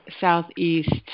Southeast